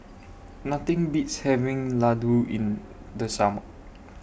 Nothing Beats having Laddu in The Summer